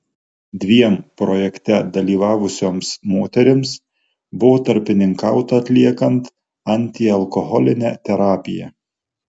dviem projekte dalyvavusioms moterims buvo tarpininkauta atliekant antialkoholinę terapiją